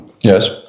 Yes